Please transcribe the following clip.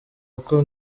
uko